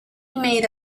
made